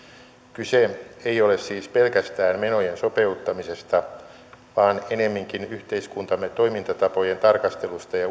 kyse ei ole siis pelkästään menojen sopeuttamisesta vaan ennemminkin yhteiskuntamme toimintatapojen tarkastelusta ja